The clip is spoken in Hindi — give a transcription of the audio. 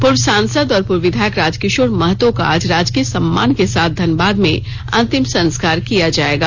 पूर्व सांसद और पूर्व विधायक राजकिशोर महतो का आज राजकीय सम्मान के साथ धनबाद में अंतिम संस्कार किया जाएगा